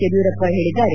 ಯಡಿಯೂರಪ್ಪ ಹೇಳಿದ್ದಾರೆ